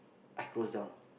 I close down